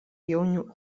jaunių